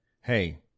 hey